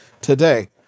today